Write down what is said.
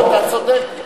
אתה צודק.